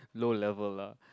low level lah